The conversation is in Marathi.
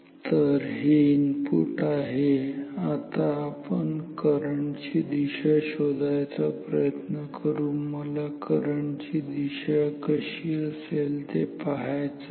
तर हे इनपुट आहे आता आपण करंट ची दिशा शोधायचा प्रयत्न करू मला करंट ची दिशा कशी असेल ते पाहायचं आहे